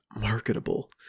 marketable